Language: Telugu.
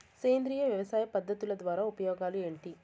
సేంద్రియ వ్యవసాయ పద్ధతుల ద్వారా ఉపయోగాలు ఏంటి?